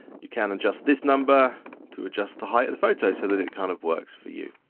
you can adjust this number to adjust the height of the photo so that it kind of works for you.